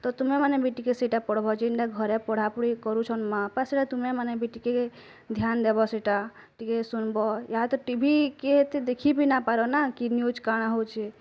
ତ ତୁମେ ମାନେ ବି ସେଇଟା ଟିକେ ପଢ଼ଭ୍ ଯେନ୍ତା ଘରେ ପଢା୍ ପୁଢ଼ି କରୁଛନ୍ ମାଆ ବାପା ସେଇଟା ତୁମେ ମାନେ୍ ବି ଟିକେ ଧ୍ୟାନ୍ ଦେବ ସେଇଟା ଟିକେ ସୁନିବ୍ ଇୟାତ ଟି ଭି କିଏ ଏତେ ଦେଖି୍ ବି ନା ପାରନା କି ନ୍ୟୁଜ୍ କାଣା ହେଉଛେ